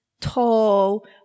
tall